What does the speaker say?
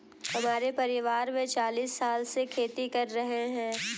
हमारे परिवार में चालीस साल से खेती कर रहे हैं